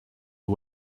you